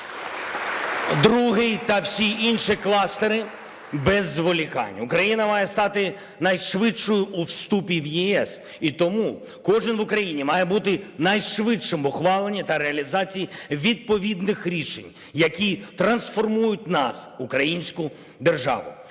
Другий та всі інші кластери без зволікань. Україна має стати найшвидшою у вступі в ЄС, і тому кожен в Україні має бути найшвидшим в ухваленні та реалізації відповідних рішень, які трансформують нас, українську державу.